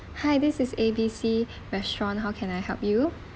hi this is A B C restaurant how can I help you